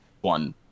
one